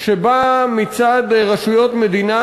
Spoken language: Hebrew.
שבא מצד רשויות מדינה,